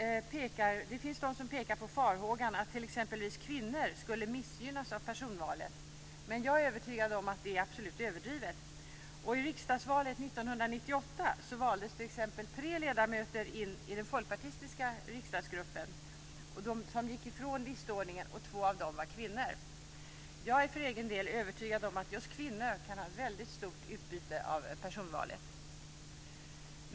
Det finns de som pekar på faran att t.ex. kvinnor skulle missgynnas av personvalet, men jag är övertygad om att det absolut är överdrivet. I riksdagsvalet 1998 valdes t.ex. tre ledamöter in i den folkpartistiska riksdagsgruppen på ett sätt som gick ifrån listordningen, och två av dem var kvinnor. Jag är för egen del övertygad om att just kvinnor kan ha väldigt stort utbyte av personvalet.